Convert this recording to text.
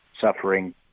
suffering